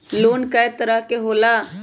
Loan कय तरह के होला?